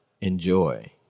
Enjoy